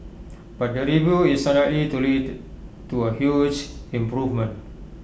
but the review is unlikely to lead to A huge improvement